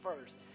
first